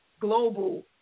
global